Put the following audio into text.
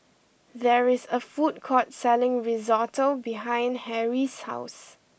there is a food court selling Risotto behind Harrie's house